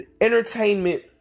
entertainment